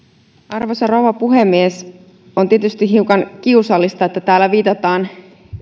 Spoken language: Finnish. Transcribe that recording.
arvoisa rouva puhemies on tietysti hiukan kiusallista että täällä viitataan